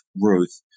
Ruth